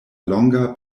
longa